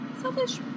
selfish